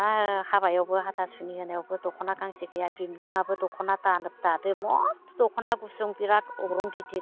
आ हाबायावबो हाथासुनि होनायावबो दखना गांसे गैया दिन्दाङाबो दखना दादों मस्त' दखना गुसुं बिराद अग्रं गिदिर